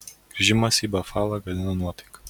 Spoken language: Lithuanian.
grįžimas į bafalą gadina nuotaiką